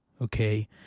okay